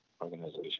organization